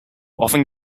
often